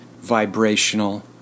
vibrational